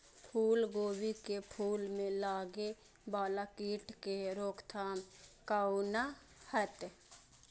फुल गोभी के फुल में लागे वाला कीट के रोकथाम कौना हैत?